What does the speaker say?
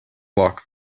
lock